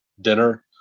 dinner